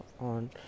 on